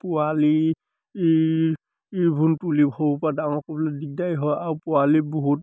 পোৱালিবোৰ তুলি সৰুৰপৰা ডাঙৰ কৰিবলৈ দিগদাৰী হয় আৰু পোৱালি বহুত